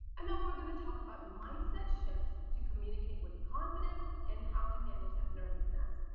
and we are going to talk about mindset shifts to commute kate with confidence and how to manage that nervousness.